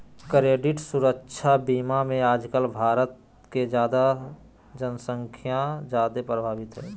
credit सुरक्षा बीमा मे आजकल भारत के जन्संख्या सबसे जादे प्रभावित हय